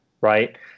right